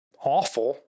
awful